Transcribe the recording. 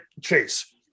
chase